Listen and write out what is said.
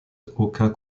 aucun